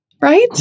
Right